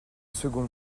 second